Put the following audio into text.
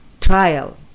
trial